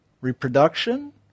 reproduction